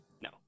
No